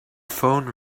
phone